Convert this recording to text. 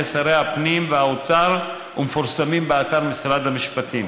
שרי הפנים והאוצר ומפורסמים באתר משרד המשפטים.